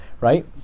right